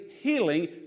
healing